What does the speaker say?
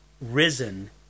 risen